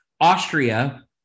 Austria